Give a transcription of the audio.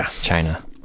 China